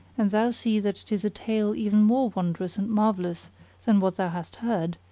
and thou see that it is a tale even more wondrous and marvellous than what thou hast heard,